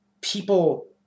people